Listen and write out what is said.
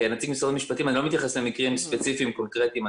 כנציג משרד המשפטים אני לא מתייחס למקרים ספציפיים קונקרטיים.